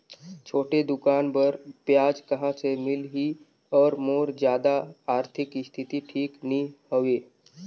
छोटे दुकान बर ब्याज कहा से मिल ही और मोर जादा आरथिक स्थिति ठीक नी हवे?